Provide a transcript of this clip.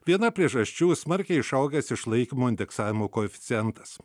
viena priežasčių smarkiai išaugęs išlaikymo indeksavimo koeficientas